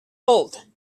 old